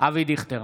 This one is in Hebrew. אבי דיכטר,